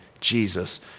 Jesus